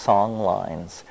Songlines